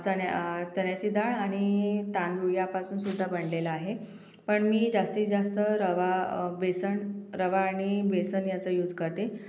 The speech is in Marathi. चण्या चण्याची डाळ आणि तांदूळ यापासूनसुद्धा बनलेला आहे पण मी जास्तीत जास्त रवा बेसन रवा आणि बेसन याचा यूज करते